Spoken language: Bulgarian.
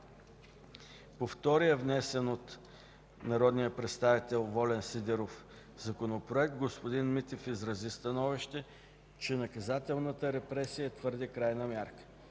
По втория, внесен от народния представител Волен Сидеров, Законопроект, господин Митев изрази становище, че наказателната репресия е твърде крайна мярка.